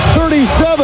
37